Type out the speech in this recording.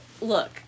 look